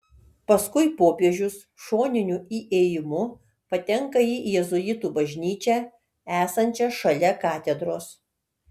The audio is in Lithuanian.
paskui popiežius šoniniu įėjimu patenka į jėzuitų bažnyčią esančią šalia katedros